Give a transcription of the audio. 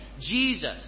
Jesus